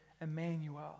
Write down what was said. Emmanuel